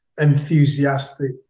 enthusiastic